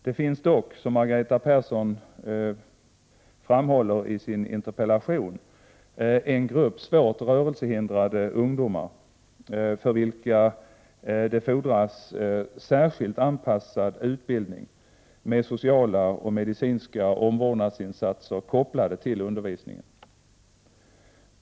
Det finns dock, som Margareta Persson framhåller i sin interpellation, en grupp svårt rörelsehindrade ungdomar, för vilka det fordras särskilt anpassad utbildning med sociala och medicinska omvårdnadsinsatser kopplade till undervisningen.